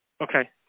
Okay